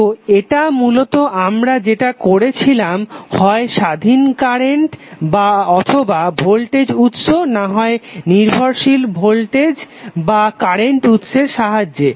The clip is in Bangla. তো এটা মূলত আমরা যেটা করছিলাম হয় স্বাধীন কারেন্ট অথবা ভোল্টেজ উৎস নাহয় নির্ভরশীল ভোল্টেজ অথবা কারেন্ট উৎসের সাহায্যে